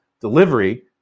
delivery